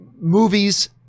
movies